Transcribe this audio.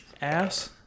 ass